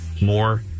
more